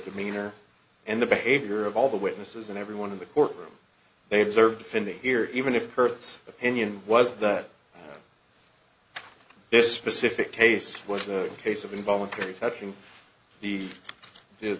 demeanor and the behavior of all the witnesses and everyone in the courtroom they observe defending here even if it hurts opinion was that this specific case was a case of involuntary touching the